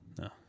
No